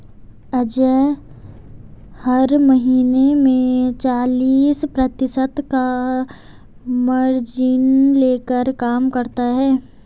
अजय हर महीने में चालीस प्रतिशत का मार्जिन लेकर काम करता है